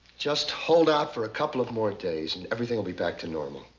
just hold out for a couple of more days and everything will be back to normal.